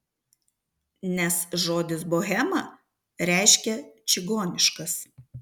nes žodis bohema reiškia čigoniškas